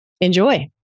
enjoy